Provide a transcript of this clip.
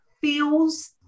feels